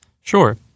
Sure